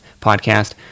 Podcast